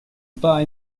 pas